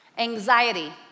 anxiety